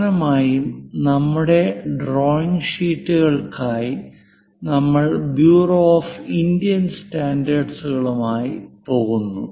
പ്രധാനമായും നമ്മുടെ ഡ്രോയിംഗ് ഷീറ്റുകൾക്കായി നമ്മൾ ബ്യൂറോ ഓഫ് ഇന്ത്യൻ സ്റ്റാൻഡേർഡുകളുമായി പോകുന്നു